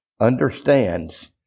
understands